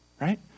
right